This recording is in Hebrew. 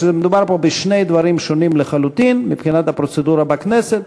מדובר פה בשני דברים שונים לחלוטין מבחינת הפרוצדורה בכנסת.